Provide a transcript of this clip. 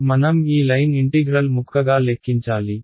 మనం ఈ line integral ముక్కగా లెక్కించాలి